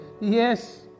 Yes